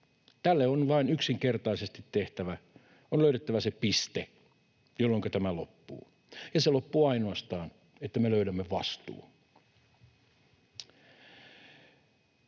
Tälle on yksinkertaisesti vain löydettävä se piste, jolloinka tämä loppuu. Ja se loppuu ainoastaan sillä, että me löydämme vastuun.